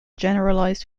generalized